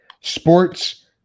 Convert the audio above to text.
sports